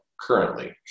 currently